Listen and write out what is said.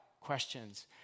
questions